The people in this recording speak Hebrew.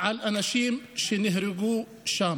על האנשים שנהרגו שם.